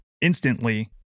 instantly